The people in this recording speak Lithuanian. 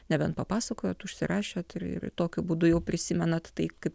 nebent papasakojot užsirašėt ir ir tokiu būdu jau prisimenat tai kaip